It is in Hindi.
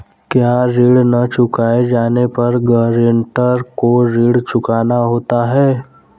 क्या ऋण न चुकाए जाने पर गरेंटर को ऋण चुकाना होता है?